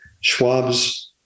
Schwab's